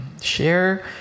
Share